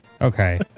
Okay